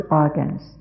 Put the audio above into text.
organs